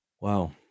Wow